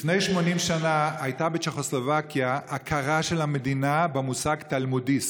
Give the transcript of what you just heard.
לפני 80 שנה הייתה בצ'כוסלובקיה הכרה של המדינה במושג "תלמודיסט".